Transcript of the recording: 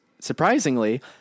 Surprisingly